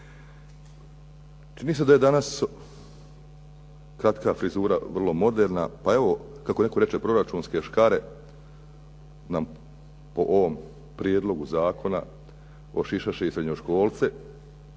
Čini se da je danas kratka frizura vrlo moderna, pa evo kako netko reče proračunske škare nam po ovom prijedlogu zakona ošišaše i srednjoškolce